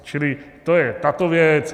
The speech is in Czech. Čili to je tato věc.